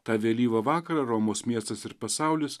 tą vėlyvą vakarą romos miestas ir pasaulis